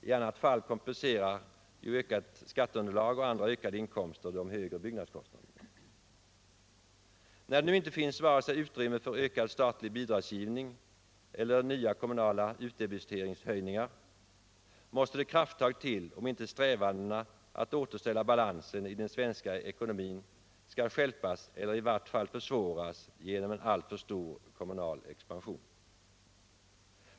I annat fall kompenserar ökat skatteunderlag och andra ökade inkomster de högre byggnadskostnaderna. När det nu inte finns utrymme för vare sig ökad statlig bidragsgivning eller nya kommunala utdebiteringshöjningar måste det krafttag till om inte strävandena att återställa balansen i den svenska ekonomin skall stjälpas eller i vart fall försvåras genom en alltför stor kommunal expansion.